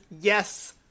Yes